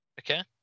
Okay